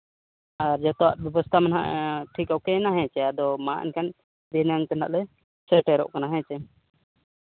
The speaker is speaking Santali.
ᱟᱨ ᱡᱚᱛᱚᱣᱟᱜ ᱵᱮᱵᱚᱥᱛᱷᱟ ᱢᱮ ᱱᱟᱦᱟᱸᱜ ᱴᱷᱤᱠ ᱳᱠᱮᱭᱮᱱᱟ ᱦᱮᱸ ᱪᱮ ᱢᱟ ᱮᱱᱠᱷᱟᱱ ᱫᱷᱤᱱᱟᱹᱱ ᱛᱮ ᱦᱟᱸᱜ ᱞᱮ ᱥᱮᱴᱮᱨᱚᱜ ᱠᱟᱱᱟ ᱦᱮᱸ ᱥᱮ